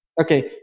Okay